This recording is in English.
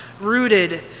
rooted